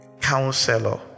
counselor